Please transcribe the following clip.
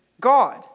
God